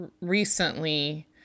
Recently